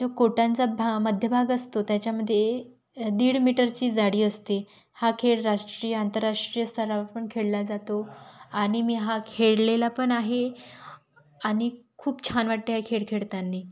जो कोटांचा भा मध्यभाग असतो तो त्याच्यामध्ये दीड मीटरची जाडी असते हा खेळ राष्ट्रीय आंतरराष्ट्रीय स्तराव पण खेळला जातो आणि मी हा खेळलेला पण आहे आणि खूप छान वाटते हा खेळ खेळताना